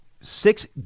Six